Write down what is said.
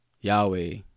Yahweh